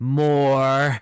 more